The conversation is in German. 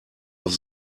auf